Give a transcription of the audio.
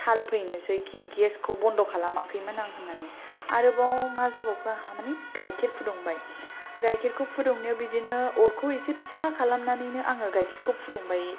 थाल फैनोसै खि गेसखौ बन्द' खालामाखैमोन आं होननानै आरोबाव मा जाबावखो आंहा मानि गाइखेर फुदुंबाय गाइखेरखौ फुदुंनायाव बिदिनो अरखौ एसे फिसा खालामनानैनो आङो गाइखेरखौ फुदुंबाय